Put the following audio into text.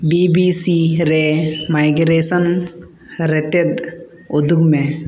B B C ᱨᱮ migration ᱨᱮᱛᱮᱫ ᱩᱫᱩᱜᱽ ᱢᱮ